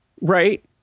right